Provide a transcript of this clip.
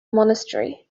monastery